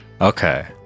okay